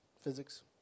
Physics